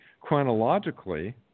chronologically